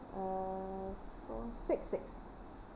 uh four six six